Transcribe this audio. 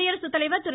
குடியரசு தலைவர் திரு